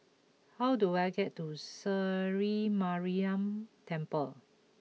how do I get to Sri Mariamman Temple